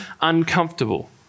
uncomfortable